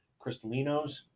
Crystallinos